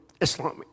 Islamic